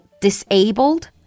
disabled